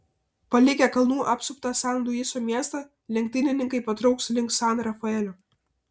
palikę kalnų apsuptą san luiso miestą lenktynininkai patrauks link san rafaelio